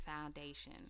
foundation